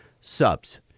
subs